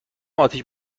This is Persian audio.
اتیش